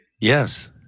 yes